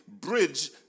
bridge